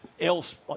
else